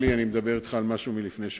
אני מדבר אתך על יותר מ-400 מיליון